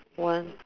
one